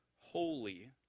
holy